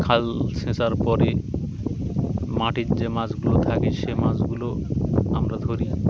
খাল ছেঁচার পরে মাটির যে মাছগুলো থাকে সে মাছগুলো আমরা ধরি